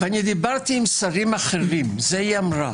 דיברתי עם שרים אחרים זה היא אמרה